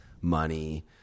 money